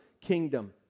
kingdom